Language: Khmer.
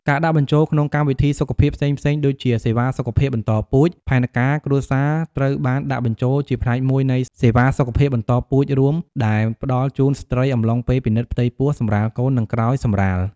ការដាក់បញ្ចូលក្នុងកម្មវិធីសុខភាពផ្សេងៗដូចជា សេវាសុខភាពបន្តពូជ ផែនការគ្រួសារត្រូវបានដាក់បញ្ចូលជាផ្នែកមួយនៃសេវាសុខភាពបន្តពូជរួម ដែលផ្ដល់ជូនស្ត្រីអំឡុងពេលពិនិត្យផ្ទៃពោះ សម្រាលកូន និងក្រោយសម្រាល ។